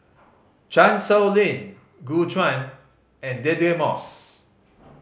Chan Sow Lin Gu Juan and Deirdre Moss